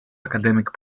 academic